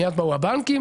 מיד באו הבנקים,